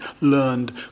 learned